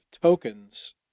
tokens